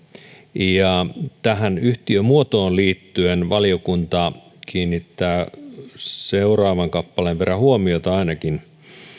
ja tähän yhtiömuotoon liittyen valiokunta kiinnittää ainakin seuraavan kappaleen verran huomiota